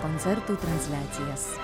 koncertų transliacijas